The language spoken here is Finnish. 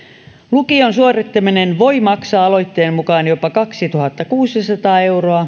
lukion suorittaminen voi maksaa aloitteen mukaan jopa kaksituhattakuusisataa euroa